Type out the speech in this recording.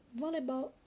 Volleyball